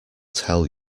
tell